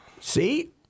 See